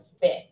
fit